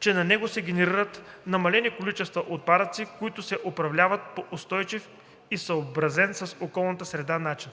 че на него се генерират намалени количества отпадъци, които се управляват по устойчив и съобразен с околната среда начин.